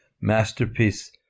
masterpiece